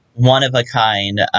one-of-a-kind